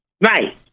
Right